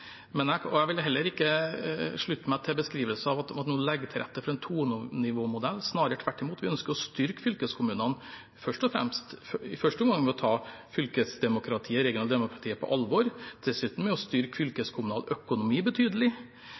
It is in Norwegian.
Jeg vil heller ikke slutte meg til beskrivelsen om at man nå legger til rette for en tonivåmodell. Tvert imot ønsker vi å styrke fylkeskommunene, i første omgang ved å ta fylkesdemokratiet og det regionale demokratiet på alvor, dessuten ved å styrke fylkeskommunal økonomi betydelig,